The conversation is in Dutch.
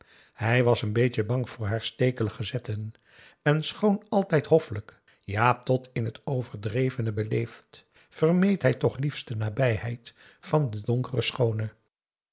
hij was n beetje bang voor haar stekelige zetten en schoon altijd hoffelijk p a daum de van der lindens c s onder ps maurits ja tot in het overdrevene beleefd vermeed hij toch liefst de nabijheid van de donkere schoone